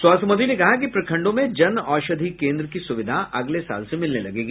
स्वास्थ्य मंत्री ने कहा कि प्रखंडों में जन औषधि केन्द्र की सुविधा अगले साल से मिलने लगेगी